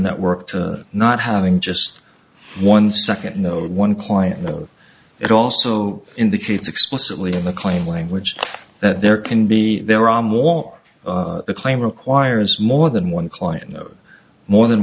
network to not having just one second no one client no it also indicates explicitly in the claim language that there can be there are more the claim requires more than one client no more than